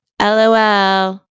LOL